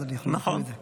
אז אני יכול להגיד את זה.